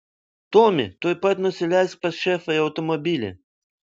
tomi tuojau pat nusileisk pas šefą į automobilį